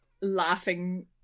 laughing